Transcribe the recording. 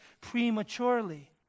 prematurely